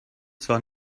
zwar